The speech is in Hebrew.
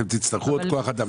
אתם תצטרכו עוד כוח אדם?